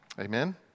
Amen